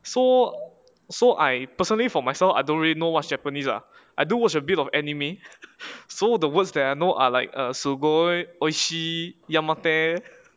so so I personally for myself I don't really know what's japanese ah I do watch a bit of anime so the words that I know are like ah